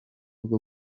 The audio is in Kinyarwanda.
bwo